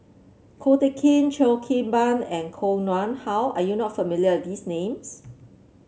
Ko Teck Kin Cheo Kim Ban and Koh Nguang How are you not familiar with these names